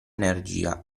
energia